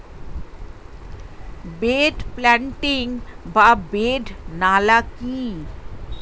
Bed planting বা bed নালা কি?